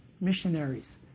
missionaries